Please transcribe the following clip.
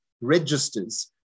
registers